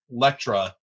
Lectra